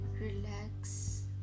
relax